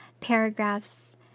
paragraphs